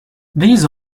these